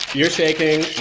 you're shaking.